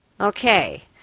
Okay